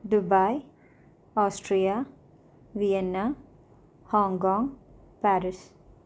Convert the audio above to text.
Dubai Austria Vienna Hong Kong Paris